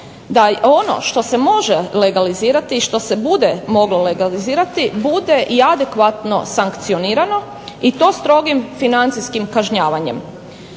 da ono što se može legalizirati i što se bude moglo legalizirati bude i adekvatno sankcionirano i to strogim financijskim kažnjavanjem.